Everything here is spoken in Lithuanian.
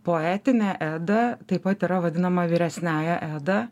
poetinė eda taip pat yra vadinama vyresniąja eda